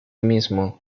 mismo